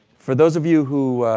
for those of you who